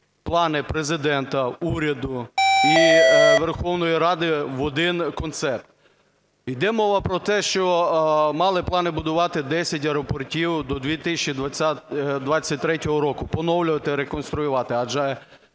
плани Президента, уряду і Верховної Ради в один концепт. Йде мова про те, що мали плани будувати десять аеропортів до 2023 року, поновлювати і реконструювати, адже